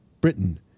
Britain